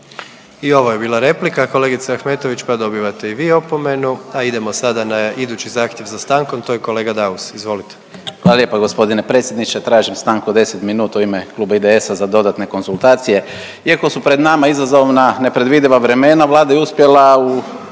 I ovo je bila replika, kolegice Ahmetović, pa dobivate i vi opomenu. A idemo sada na idući zahtjev za stankom, to je kolega Daus. Izvolite. **Daus, Emil (IDS)** Hvala lijepa g. predsjedniče. Tražim stanku od 10 minuta u ime Kluba IDS-a za dodatne konzultacije. Iako su pred nama izazovna nepredvidiva vremena, Vlada je uspjela u